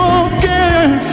again